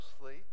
mostly